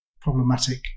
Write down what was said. problematic